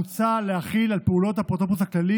מוצע להחיל על פעולות האפוטרופוס הכללי